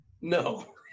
No